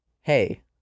hey